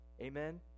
Amen